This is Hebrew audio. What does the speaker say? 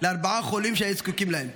לארבעה חולים שהיו זקוקים להם.